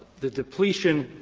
the depletion